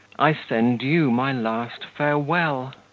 i send you my last farewell.